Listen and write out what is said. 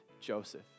Joseph